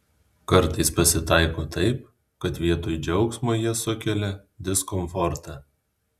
kartais pasitaiko taip kad vietoj džiaugsmo jie sukelia diskomfortą